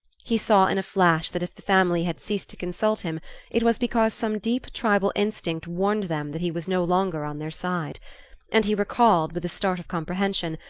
he saw in a flash that if the family had ceased to consult him it was because some deep tribal instinct warned them that he was no longer on their side and he recalled, with a start of comprehension,